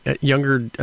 younger